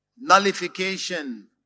nullification